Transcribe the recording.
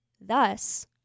Thus